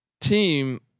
team